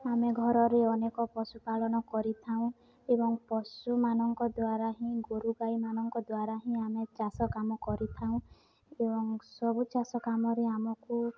ଆମେ ଘରେ ଅନେକ ପଶୁପାଳନ କରିଥାଉ ଏବଂ ପଶୁମାନଙ୍କ ଦ୍ୱାରା ହିଁ ଗୋରୁ ଗାଈମାନଙ୍କ ଦ୍ୱାରା ହିଁ ଆମେ ଚାଷ କାମ କରିଥାଉ ଏବଂ ସବୁ ଚାଷ କାମରେ ଆମକୁ